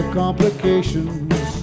complications